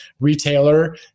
retailer